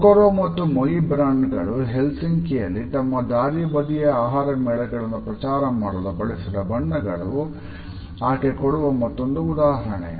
Kokoro ಮತ್ತು Moi brand ಗಳು Helsinki ಯಲ್ಲಿ ತಮ್ಮ ದಾರಿ ಬದಿಯ ಆಹಾರ ಮೇಳಗಳನ್ನು ಪ್ರಚಾರ ಮಾಡಲು ಬಳಸಿದ ಬಣ್ಣಗಳು ಆಕೆ ಕೊಡುವ ಮತ್ತೊಂದು ಉದಾಹರಣೆ